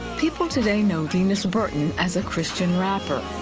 people today know venus burton as a christian rapper.